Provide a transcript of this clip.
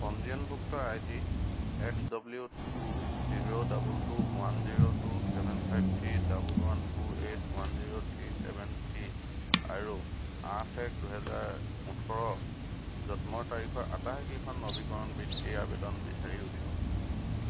পঞ্জীয়নভুক্ত I D X W two zero double two one zero two seven five three double one two eight one zero three seven three আৰু আঠ এক দুহাজাৰ ওঠৰ জন্মৰ তাৰিখৰ আটাইকেইখন নবীকৰণ বৃত্তি আবেদন বিচাৰি উলিয়াওক